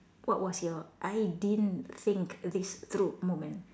what was your I didn't think this through moment